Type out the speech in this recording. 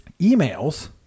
Emails